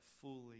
fully